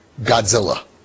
Godzilla